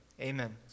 Amen